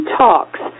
talks